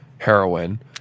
heroin